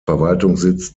verwaltungssitz